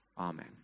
Amen